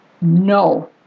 No